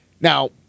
Now